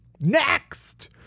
Next